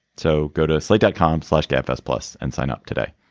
so go to slate dot com flushed f us plus and sign up today